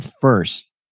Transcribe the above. first